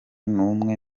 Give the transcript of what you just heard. n’umwe